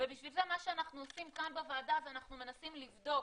ובשביל זה מה שאנחנו עושים כאן בוועדה זה אנחנו מנסים לבדוק